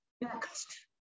Next